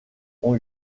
ont